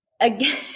again